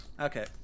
Okay